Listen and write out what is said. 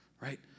Right